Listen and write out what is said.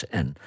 en